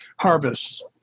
harvests